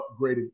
upgraded